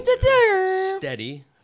Steady